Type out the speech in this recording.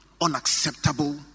unacceptable